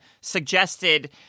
suggested